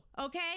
okay